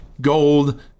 Gold